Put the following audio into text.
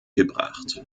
gebracht